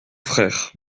frère